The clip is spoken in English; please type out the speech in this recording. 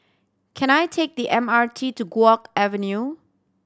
can I take the M R T to Guok Avenue